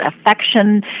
affection